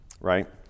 right